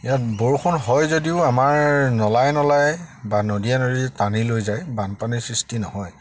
ইয়াত বৰষুণ হয় যদিও আমাৰ নলাই নলাই বা নদীয়ে নদীয়ে টানি লৈ যায় বানপানীৰ সৃষ্টি নহয়